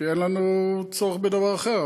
כי אין לנו צורך בדבר אחר.